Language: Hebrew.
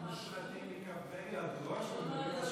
המושחתים מכף רגל עד הראש.